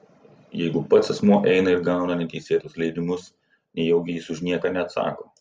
jeigu pats asmuo eina ir gauna neteisėtus leidimus nejaugi jis už nieką neatsako